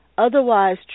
Otherwise